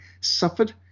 suffered